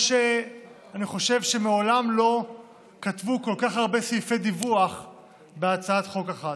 אני חושב שמעולם לא כתבו כל כך הרבה סעיפי דיווח בהצעת חוק אחת.